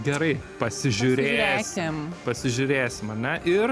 gerai pasižiūrėsim pasižiūrėsim ar ne ir